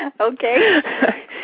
Okay